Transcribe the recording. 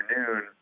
afternoon